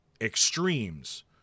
extremes